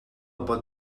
pot